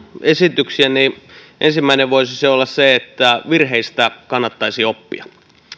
esityksiä niin ensimmäinen voisi olla se että virheistä kannattaisi oppia